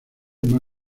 más